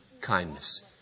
kindness